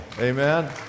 Amen